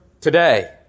today